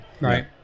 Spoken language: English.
Right